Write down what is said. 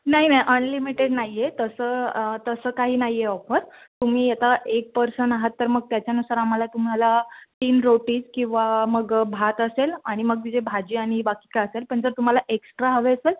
नाही नाही अनलिमिटेड नाही आहे तसं तसं काही नाही आहे ऑफर तुम्ही आता एक पर्सन आहात तर मग त्याच्यानुसार आम्हाला तुम्हाला तीन रोटीज किंवा मग भात असेल आणि मग ही जे भाजी आणि बाकी काय असेल पण जर तुम्हाला एक्स्ट्रा हवी असेल